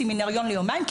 סמינריון ליומיים,